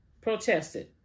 protested